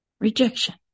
rejection